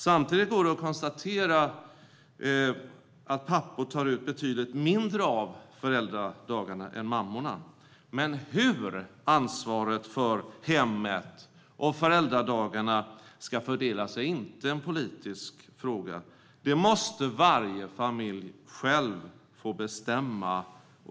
Samtidigt går det att konstatera att pappor tar ut betydligt mindre av föräldradagarna än mammorna. Men hur ansvaret för hemmet och föräldradagarna ska fördelas är inte en politisk fråga. Det måste varje familj själv få bestämma.